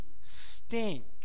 stink